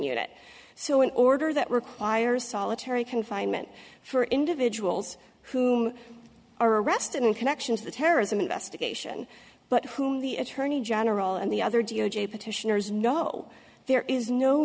unit so in order that requires solitary confinement for individuals whom are arrested in connection to the terrorism investigation but whom the attorney general and the other d o j petitioners know there is no